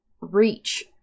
reach